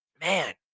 man